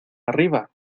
arriba